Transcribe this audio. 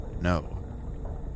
No